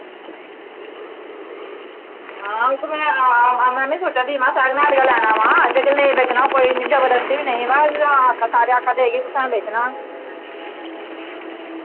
हां उऐ में हां हां मैमी सोच्चा दी महा सैकिंड हैंड गै लैना महा लेकिन नेईं बेचना होग कोई नी जबरदस्ती बी नेईं वा आ सारे आक्खा दे कि तुसैं बेचना